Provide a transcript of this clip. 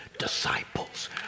Disciples